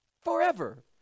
forever